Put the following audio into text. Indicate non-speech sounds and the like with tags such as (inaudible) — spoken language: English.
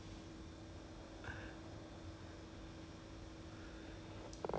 (breath) don't know ah that's why 都不懂还有几个 how many actually err already